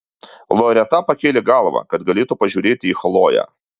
loreta pakėlė galvą kad galėtų pažiūrėti į chloję